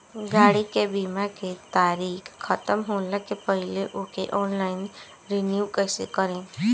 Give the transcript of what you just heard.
गाड़ी के बीमा के तारीक ख़तम होला के पहिले ओके ऑनलाइन रिन्यू कईसे करेम?